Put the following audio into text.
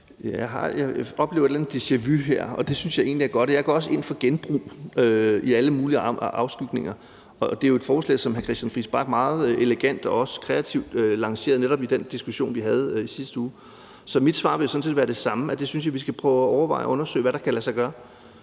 et eller andet deja-vu her, og det synes jeg egentlig er godt. Jeg går også ind for genbrug i alle mulige afskygninger, og det er jo et forslag, som hr. Christian Friis Bach meget elegant og også kreativt lancerede i netop den diskussion, vi havde i sidste uge. Så mit svar vil sådan set være det samme, nemlig at synes jeg, vi skal prøve at overveje det og undersøge, hvad der kan lade sig gøre.